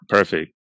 Perfect